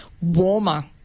warmer